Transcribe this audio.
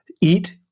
eat